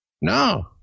No